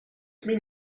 mean